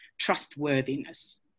Trustworthiness